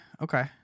Okay